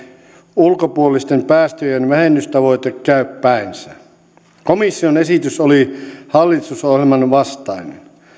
ulkopuolisten päästöjen vähennystavoite käy päinsä komission esitys oli hallitusohjelman vastainen